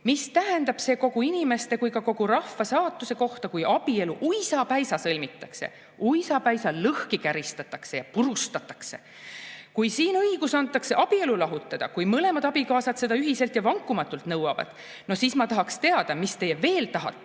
"Mis tähendab see kogu inimeste kui ka kogu rahva saatuse kohta, kui abielu uisapäisa sõlmitakse, uisapäisa lõhki käristatakse ja purustatakse? Kui siin õigus antakse abielu lahutada, kui mõlemad abikaasad seda ühiselt ja vankumatult nõuavad, noh siis ma tahaksin teada, mis teie siis veel tahate."